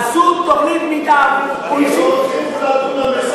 עשו תוכנית מתאר, אבל